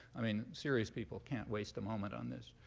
i mean, serious people can't waste a moment on this.